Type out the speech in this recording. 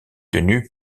tenu